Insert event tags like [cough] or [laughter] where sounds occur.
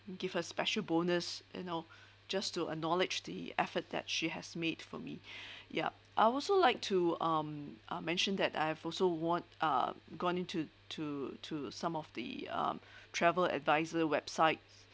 give her special bonus you know [breath] just to acknowledge the effort that she has made for me [breath] ya I'll also like to um uh mention that I have also want a gone into to to some of the um travel advisor websites